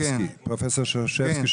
שרשבסקי,